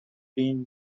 been